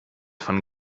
von